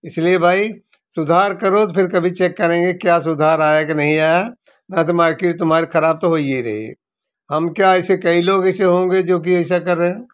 इसलिए भाई सुधार करो तो फिर कभी चेक करेंगे क्या सुधार आया कि नहीं आया बाक़ी मार्किट तुम्हारा ख़राब तो होई है रही हम क्या ऐसे कई लोग ऐसे होंगे जो कि ऐसा कर रहे हैं